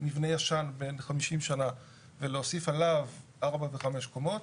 מבנה ישן בן 50 שנה ולהוסיף עליו ארבע וחמש קומות,